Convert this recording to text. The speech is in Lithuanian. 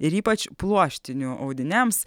ir ypač pluoštinių audiniams